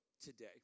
today